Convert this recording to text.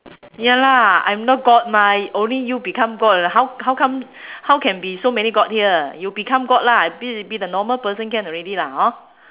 ya lah I'm no god mah only you become god lah how how come how can be so many god here you become god lah I be the normal person can already lah hor